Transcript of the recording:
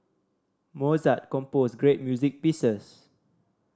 Mozart composed great music pieces